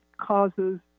causes